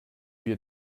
wir